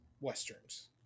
westerns